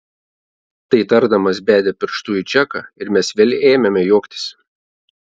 tai tardamas bedė pirštu į džeką ir mes vėl ėmėme juoktis